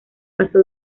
pasó